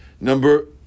number